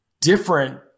different